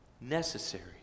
necessary